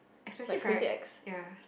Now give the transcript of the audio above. expensive right ya